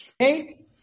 Okay